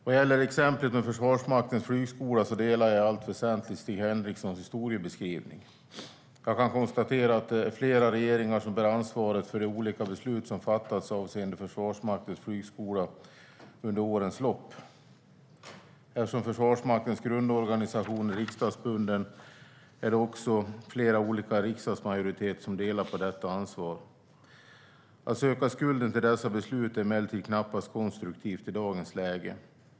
Vad gäller exemplet med Försvarsmaktens flygskola delar jag i allt väsentligt Stig Henrikssons historiebeskrivning. Jag kan konstatera att det är flera regeringar som bär ansvar för de olika beslut som har fattats avseende Försvarsmaktens flygskola under årens lopp. Eftersom Försvarsmaktens grundorganisation är riksdagsbunden är det också flera olika riksdagsmajoriteter som delar på detta ansvar. Att söka skulden till dessa beslut är emellertid knappast konstruktivt i dagens läge.